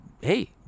hey